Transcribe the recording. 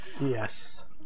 Yes